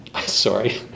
Sorry